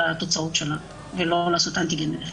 התוצאות שלה ולא לעשות בדיקת אנטיגן בנחיתה.